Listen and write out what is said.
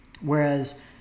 Whereas